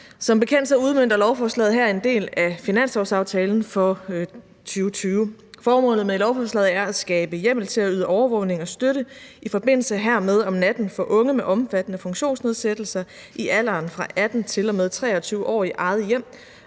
Som bekendt udmønter lovforslaget her en del af finanslovsaftalen for 2020. Formålet med lovforslaget er at skabe hjemmel til at yde overvågning og støtte i forbindelse hermed om natten for unge med omfattende funktionsnedsættelser i alderen fra 18 til og med 23 år i eget hjem